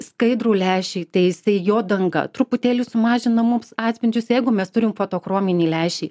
skaidrų lęšį tai jisai jo danga truputėlį sumažina mums atspindžius jeigu mes turim fotochrominį lęšį